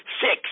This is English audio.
Six